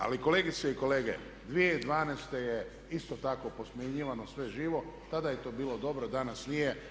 Ali kolegice i kolege 2012. je isto tako posmjenjivano sve živo, tada je to bilo dobro, danas nije.